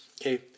Okay